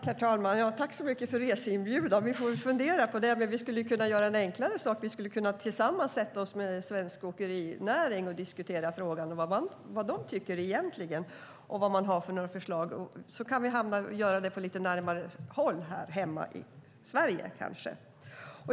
Herr talman! Tack så mycket för reseinbjudan! Vi får väl fundera på det, men vi skulle kunna göra en enklare sak. Vi skulle kunna sätta oss tillsammans med svensk åkerinäring och diskutera frågan och höra vad de tycker egentligen och vad de har för förslag. Då kan vi kanske göra det på lite närmare håll, här hemma i Sverige.